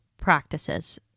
practices